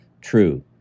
true